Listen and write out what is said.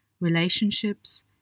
relationships